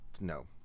No